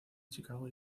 chicago